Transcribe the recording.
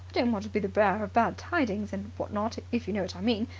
don't want to be the bearer of bad tidings and what not, if you know what i mean,